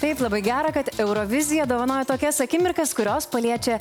taip labai gera kad eurovizija dovanoja tokias akimirkas kurios paliečia